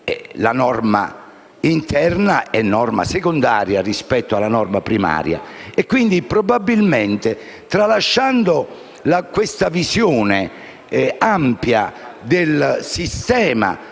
la norma interna è norma secondaria rispetto alla norma primaria. Quindi, probabilmente, tralasciando questa visione ampia del sistema